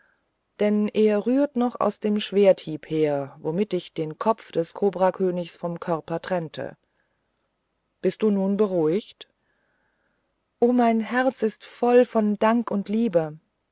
denn er rührt noch von dem schwerthieb her womit ich den kopf des kobrakönigs vom körper trennte bist du nun beruhigt o mein herz ist voll von dank und liebe